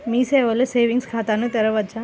మీ సేవలో సేవింగ్స్ ఖాతాను తెరవవచ్చా?